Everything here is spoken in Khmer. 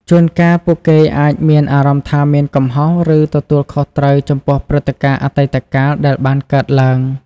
ជួនកាលពួកគេអាចមានអារម្មណ៍ថាមានកំហុស ឬទទួលខុសត្រូវចំពោះព្រឹត្តិការណ៍អតីតកាលដែលបានកើតឡើង។